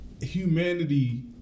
humanity